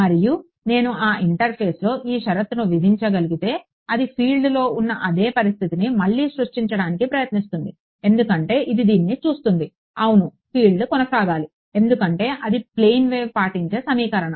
మరియు నేను ఆ ఇంటర్ఫేస్లో ఈ షరతును విధించగలిగితే అది ఫీల్డ్లో ఉన్న అదే పరిస్థితిని మళ్లీ సృష్టించడానికి ప్రయత్నిస్తుంది ఎందుకంటే ఇది దీన్ని చూస్తుంది అవును ఫీల్డ్ కొనసాగాలి ఎందుకంటే అది ప్లేన్ వేవ్ పాటించే సమీకరణం